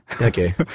Okay